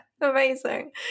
Amazing